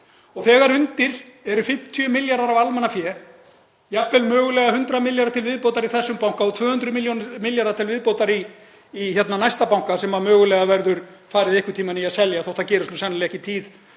Þegar undir eru 50 milljarðar af almannafé, jafnvel mögulega 100 milljarðar til viðbótar í þessum banka og 200 milljarðar til viðbótar í næsta banka sem mögulega verður einhvern tímann farið í að selja þótt það gerist sennilega ekki í